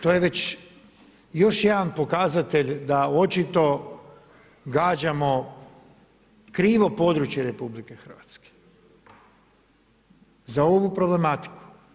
To je još jedan pokazatelj da očito gađamo krivo područje RH za ovu problematiku.